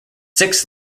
six